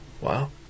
Wow